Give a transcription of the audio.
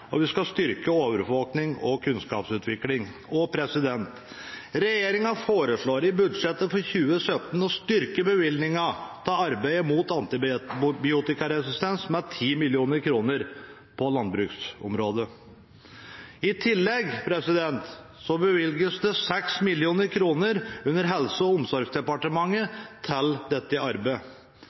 og vi skal styrke overvåkning og kunnskapsutvikling. Regjeringen foreslår i budsjettet for 2017 å styrke bevilgningen til arbeidet mot antibiotikaresistens med 10 mill. kr på landbruksområdet. I tillegg bevilges det 6 mill. kr under Helse- og omsorgsdepartementet til dette arbeidet.